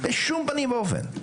בשום פנים ואופן.